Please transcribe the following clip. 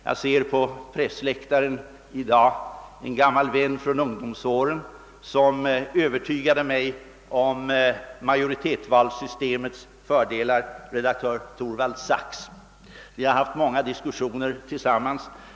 Jag ser på pressläktaren i dag en gammal vän från ungdomsåren som övertygade mig om majoritetsvalssystemets fördelar, redaktör Torvald Sachs. Vi har haft många diskussioner tillsammans.